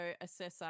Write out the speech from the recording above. assessor